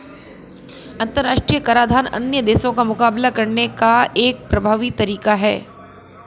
अंतर्राष्ट्रीय कराधान अन्य देशों का मुकाबला करने का एक प्रभावी तरीका है